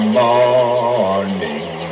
morning